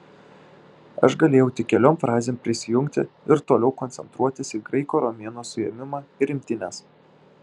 aš galėjau tik keliom frazėm prisijungti ir toliau koncentruotis į graiko romėno suėmimą ir imtynes